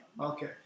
Okay